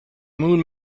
moon